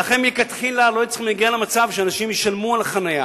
ולכן מלכתחילה לא היו צריכים להגיע למצב שאנשים ישלמו על החנייה.